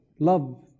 love